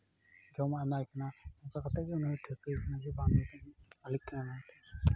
ᱡᱚᱢᱟᱜᱼᱮ ᱮᱢᱟᱭ ᱠᱟᱱᱟ ᱚᱱᱠᱟ ᱠᱟᱛᱮ ᱜᱮ ᱩᱱᱤᱭ ᱴᱷᱟᱹᱣᱠᱟᱹᱭᱮ ᱠᱟᱱᱟ ᱡᱮ ᱵᱟᱝ ᱱᱩᱭ ᱫᱚ ᱤᱧᱤᱡ ᱢᱟᱞᱤᱠ ᱠᱟᱱᱟᱭ ᱢᱮᱱᱛᱮ